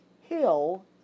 hill